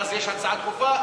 ואז יש הצעה דחופה,